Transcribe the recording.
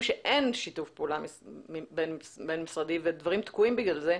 שאין שיתוף פעולה בין-משרדי ודברים תקועים בגלל זה,